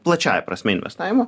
plačiąja prasme investavimo